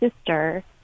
sister